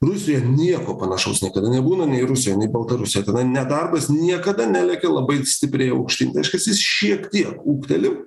rusijoj nieko panašaus niekada nebūna nei rusijoj nei baltarusija tenai nedarbas niekada nelekia labai stipriai aukštyn reiškias jis šiek tiek ūgteli